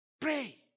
Pray